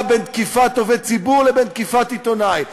בין תקיפת עובד ציבור לבין תקיפת עיתונאי.